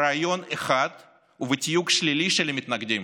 ברעיון אחד ובתיוג שלילי של מתנגדים.